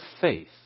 faith